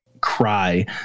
cry